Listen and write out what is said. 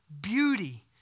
Beauty